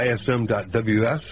ism.ws